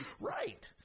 Right